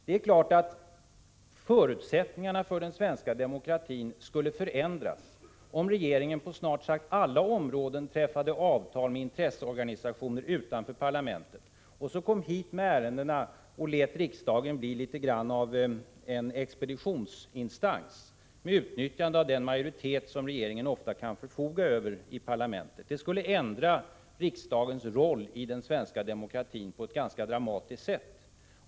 Det är klart att förutsättningarna för den svenska demokratin skulle förändras om regeringen på snart sagt alla områden träffade avtal med intresseorganisationer utanför parlamentet och sedan kom hit med ärendena och lät riksdagen bli litet av en expeditionsinstans, med utnyttjande av den majoritet som regeringen ofta kan förfoga över i parlamentet. Det skulle ändra riksdagens roll i den svenska demokratin på ett ganska dramatiskt sätt.